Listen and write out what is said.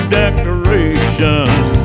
decorations